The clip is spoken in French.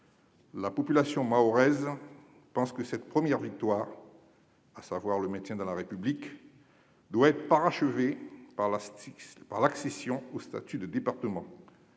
La population mahoraise pense que cette première victoire [à savoir le maintien dans la République] doit être parachevée par l'accession au statut de département.